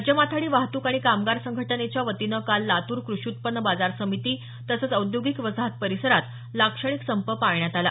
राज्य माथाडी वाहतूक आणि कामगार संघटनेच्या वतीनं काल लातूर कृषी उत्पन्न बाजार समिती तसंच औद्योगिक वसाहत परिसरात लाक्षणिक संप पाळण्यात आला